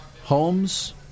homes